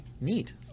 Neat